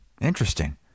Interesting